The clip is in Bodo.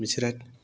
बिसोरो